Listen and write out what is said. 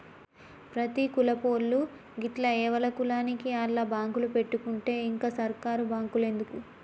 ప్రతి కులపోళ్లూ గిట్ల ఎవల కులానికి ఆళ్ల బాంకులు పెట్టుకుంటే ఇంక సర్కారు బాంకులెందుకు